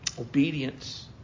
Obedience